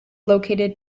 located